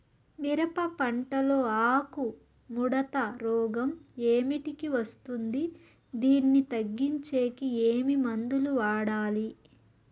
మిరప పంట లో ఆకు ముడత రోగం ఏమిటికి వస్తుంది, దీన్ని తగ్గించేకి ఏమి మందులు వాడాలి?